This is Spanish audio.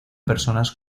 personas